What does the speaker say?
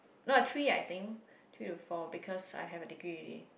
no three I think three to four because I have a degree already